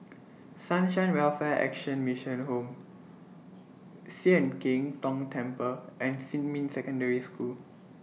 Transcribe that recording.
Sunshine Welfare Action Mission Home Sian Keng Tong Temple and Xinmin Secondary School